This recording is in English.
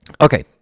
Okay